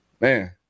man